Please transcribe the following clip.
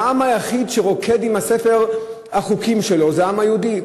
העם היחיד שרוקד עם ספר החוקים שלו זה העם היהודי.